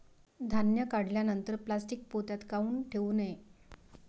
धान्य काढल्यानंतर प्लॅस्टीक पोत्यात काऊन ठेवू नये?